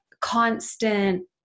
constant